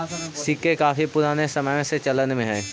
सिक्के काफी पूराने समय से चलन में हई